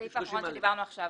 הסעיף האחרון עליו דיברנו עכשיו,